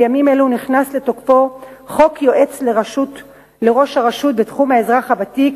בימים אלה נכנס לתוקפו חוק יועץ לראש הרשות בתחום האזרח הוותיק.